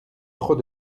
trop